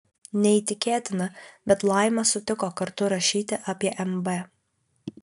neįtikėtina bet laima sutiko kartu rašyti apie mb